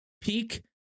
peak